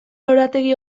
lorategi